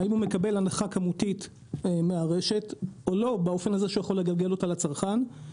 האם הוא מקבל הנחה כמותית מהרשת באופן שהוא יכול לגלגל אותה אל הצרכן.